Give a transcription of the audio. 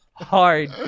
hard